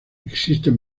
existen